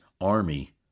army